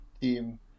team